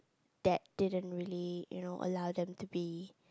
that didn't really you know allow them to be